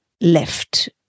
left